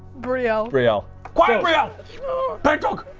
brielle real quiet brielle bad dog